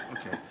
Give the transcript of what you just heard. Okay